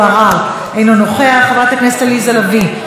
אינה נוכחת,